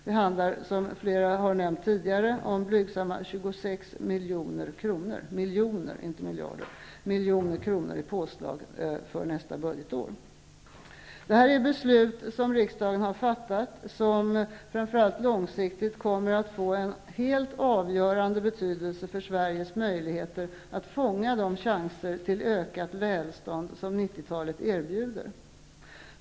Det handlar, som flera har nämnt tidigare, om blygsamma 26 Detta är beslut som riksdagen har fattat vilket -- framför allt långsiktigt -- kommer att få en avgörande betydelse för Sveriges möjligheter att fånga de chanser till ökat välstånd som 1990-talet erbjuder.